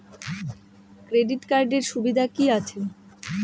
Credit কার্ডের সুবিধা কি আছে?